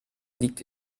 liegt